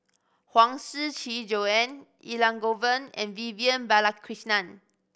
Huang Shiqi Joan Elangovan and Vivian Balakrishnan